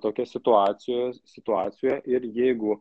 tokia situacijos situacijoje ir jeigu